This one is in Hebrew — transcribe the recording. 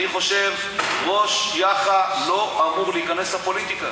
אני חושב שראש יאח"ה לא אמור להיכנס לפוליטיקה.